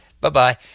Bye-bye